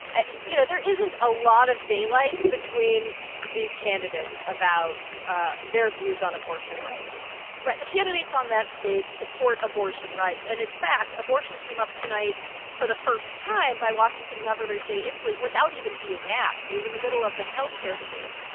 and you know, there isn't a lot of daylight between these candidates about their views on abortion rights right. the candidates on that stage support abortion rights. and in fact, abortion came up tonight for the first time by washington governor jay inslee without even being asked. it was in the middle of the health care debate.